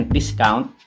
discount